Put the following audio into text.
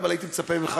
אבל הייתי מצפה ממך,